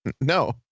No